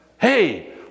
hey